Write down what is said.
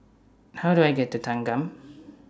How Do I get to Thanggam